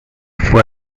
fue